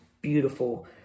beautiful